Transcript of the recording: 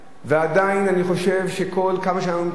ועדיין אני חושב שכל כמה שאנחנו מתעמקים